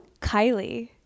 Kylie